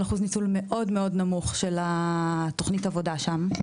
אחוז ניצול מאוד מאוד נמוך של התוכנית עבודה שם.